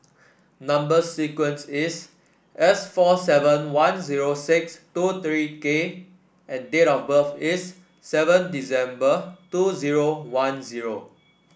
number sequence is S four seven one zero six two three K and date of birth is seven December two zero one zero